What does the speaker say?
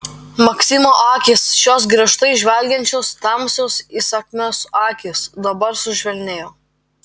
maksimo akys šios griežtai žvelgiančios tamsios įsakmios akys dabar sušvelnėjo